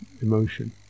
emotion